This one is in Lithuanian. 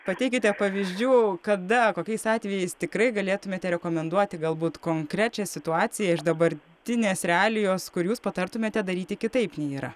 pateikite pavyzdžių kada kokiais atvejais tikrai galėtumėte rekomenduoti galbūt konkrečią situaciją iš dabartinės realijos kur jūs patartumėte daryti kitaip nei yra